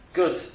good